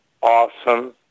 awesome